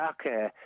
okay